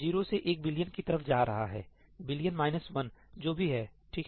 यह भी 0 से एक बिलियन की तरफ जा रहा है बिलियन माइनस वन जो भी ठीक है